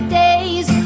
days